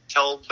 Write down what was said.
Tell